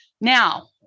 Now